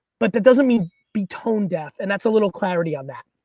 but that doesn't mean be tone-deaf. and that's a little clarity on that.